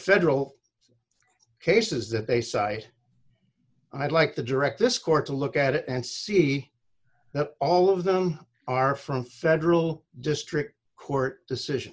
federal cases that they cite i'd like to direct this court to look at it and see all of them are from federal district court decision